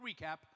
recap